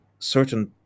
certain